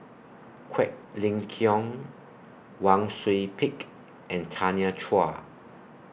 Quek Ling Kiong Wang Sui Pick and Tanya Chua